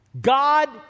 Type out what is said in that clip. God